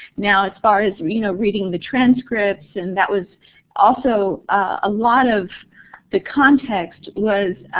now, as far as you know reading the transcripts, and that was also, a lot of the context was